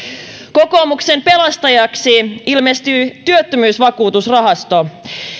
kokoomuksen pelastajaksi ilmestyi työttömyysvakuutusrahasto